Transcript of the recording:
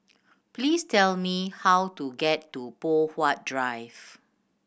please tell me how to get to Poh Huat Drive